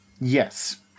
yes